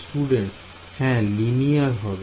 Student হ্যাঁ linear হবে